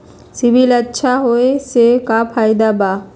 CIBIL अच्छा होऐ से का फायदा बा?